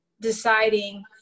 deciding